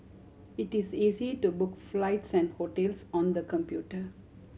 it is easy to book flights and hotels on the computer